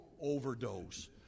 overdose